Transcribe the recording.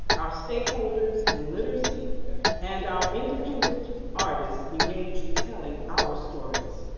our stakeholders in literacy and our independent artists engaged in telling our stories.